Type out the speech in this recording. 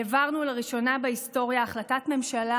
העברנו לראשונה בהיסטוריה החלטת ממשלה